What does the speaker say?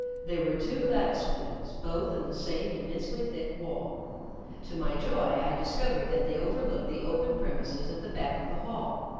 there were two lattice windows, both in the same immensely thick wall to my joy, i discovered that they overlooked the open premises at the back of the hall,